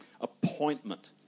Appointment